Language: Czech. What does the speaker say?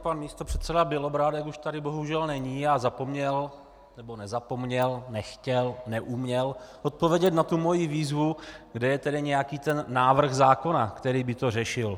Pan místopředseda Bělobrádek už tady bohužel není a zapomněl nebo nezapomněl, nechtěl, neuměl odpovědět na moji výzvu, kde je tedy nějaký ten návrh zákona, který by to řešil.